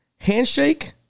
handshake